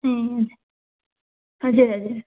ए हजुर हजुर हजुर